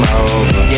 over